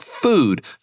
food